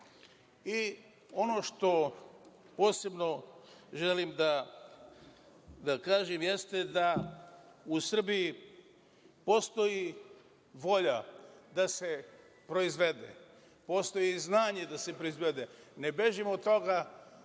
što posebno želim da kažem, jeste da u Srbiji postoji volja da se proizvede, postoji znanje da se proizvede. Ne bežimo od toga,